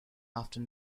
after